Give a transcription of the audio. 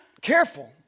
careful